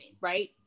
right